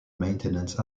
maintenance